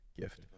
gift